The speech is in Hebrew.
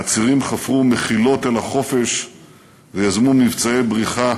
העצירים חפרו מחילות אל החופש ויזמו מבצעי בריחה